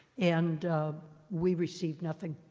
and we received nothing,